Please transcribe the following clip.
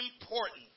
important